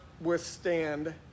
withstand